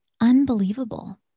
unbelievable